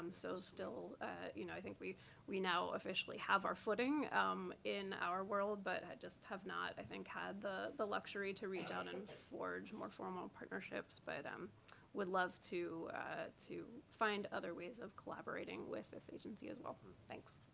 um so you know i think we we now officially have our footing in our world but just have not, i think, had the the luxury to reach out and forge more formal partnerships. but i um would love to to find other ways of collaborating with this agency, as well. thanks.